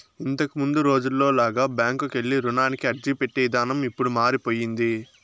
ఇంతకముందు రోజుల్లో లాగా బ్యాంకుకెళ్ళి రుణానికి అర్జీపెట్టే ఇదానం ఇప్పుడు మారిపొయ్యింది